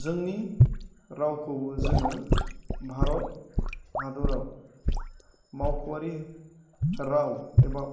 जोंनि रावखौबो जोङो भारत हाद'राव मावख'वारि राव एबा